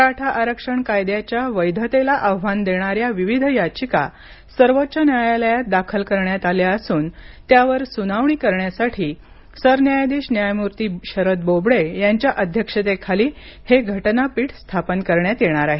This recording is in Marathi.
मराठा आरक्षण कायद्याच्या वैधतेला आव्हान देणाऱ्या विविध याचिका सर्वोच्च न्यायालयात दाखल करण्यात आल्या असून त्यावर सुनावणी करण्यासाठी सरन्यायाधीश न्यायमूर्ती शरद बोबडे यांच्या अध्यक्षतेखाली हे घटनापीठ स्थापन करण्यात येणार आहे